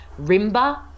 Rimba